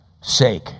sake